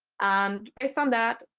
and based on that,